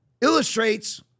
illustrates